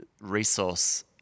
resource